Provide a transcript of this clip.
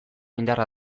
indarra